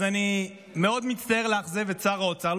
אז אני מאוד מצטער לאכזב את שר האוצר,